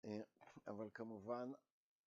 אבל כמובן